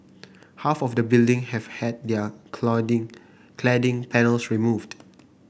half of the building have had their clouding cladding panels removed